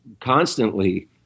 constantly